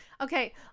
okay